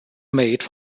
made